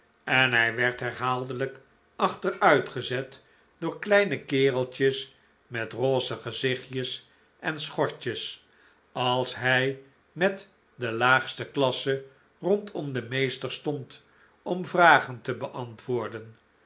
en hij werd herhaaldelijk achteruitgezet door kleine kereltjes met roze gezichtjes en schortjes als hij met de laagste klasse rondom den meester stond om vragen te beantwoorden